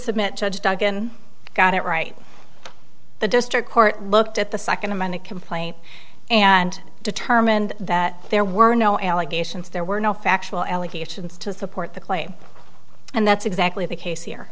submit judge duggan got it right the district court looked at the second amended complaint and determined that there were no allegations there were no factual allegations to support the claim and that's exactly the case here